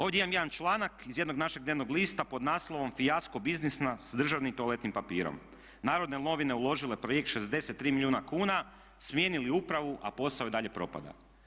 Ovdje imam jedan članak iz jednog našeg dnevnog lista pod naslovom fijasko biznisa s državnim toaletnim papirom, Narodne novine uložile projekt 63 milijuna kuna, smijenili upravu a posao i dalje propada.